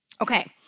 Okay